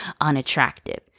unattractive